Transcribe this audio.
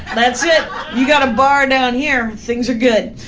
and that's it. you got a bar down here, things are good.